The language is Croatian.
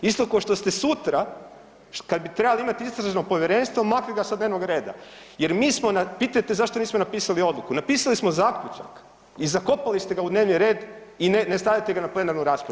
Isto ko što ste sutra, kad bi trebali imati istražno povjerenstvo makli ga sa dnevnoga reda, jer mi smo, pitate zašto nismo napisali odluku, napisali smo zaključak i zakopali ste ga u dnevni red i ne stavljate ga plenarnu raspravu.